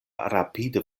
rapide